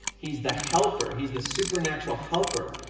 he's the helper, he's the supernatural helper,